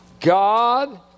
God